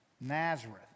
Nazareth